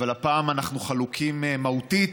אבל הפעם אנחנו חלוקים מהותית.